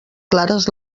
clares